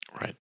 right